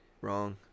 wrong